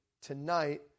tonight